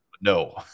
No